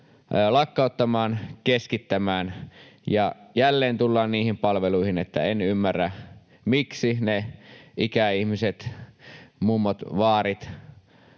lakkauttamaan ja keskittämään. Jälleen tullaan niihin palveluihin, että en ymmärrä, miksi ikäihmiset, mummot ja vaarit,